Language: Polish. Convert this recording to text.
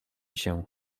się